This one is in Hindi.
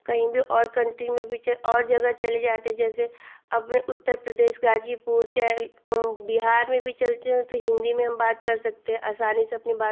कहीं भी और कन्ट्री में भी चले और जगह चले जाते हैं जैसे अपने उत्तर प्रदेश गाज़ीपुर चाहे बिहार में भी चलते हैं तो हम हिन्दी में बात कर सकते हैं आसानी से अपनी बातों